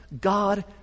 God